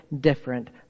different